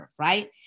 right